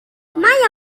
mae